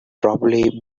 probably